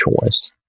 choice